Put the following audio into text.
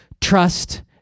Trust